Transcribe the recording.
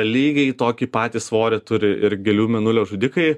lygiai tokį patį svorį turi ir gėlių mėnulio žudikai